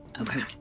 Okay